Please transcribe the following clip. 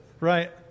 right